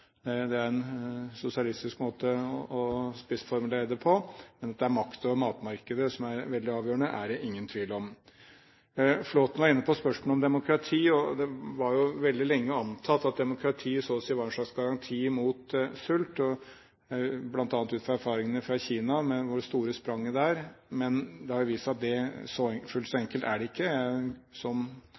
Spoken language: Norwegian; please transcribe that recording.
Det er en sosialistisk måte å spissformulere det på, men det er ingen tvil om at det er makten over matmarkedet som er avgjørende. Flåtten var inne på spørsmålet om demokrati. Det var jo veldig lenge antatt at demokrati var en slags garanti mot sult, bl.a. ut fra erfaringene fra Kina med «Det store spranget», men det har vist seg at fullt så enkelt er det ikke. Som